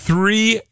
Three